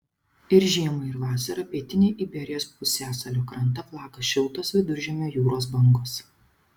ir žiemą ir vasarą pietinį iberijos pusiasalio krantą plaka šiltos viduržemio jūros bangos